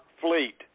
Fleet